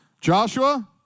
Joshua